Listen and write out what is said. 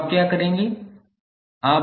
तो आप क्या करेंगे